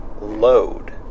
load